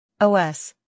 OS